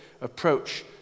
approach